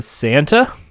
Santa